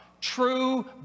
true